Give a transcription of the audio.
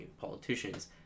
politicians